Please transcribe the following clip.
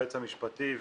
היועץ המשפטי,